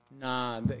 Nah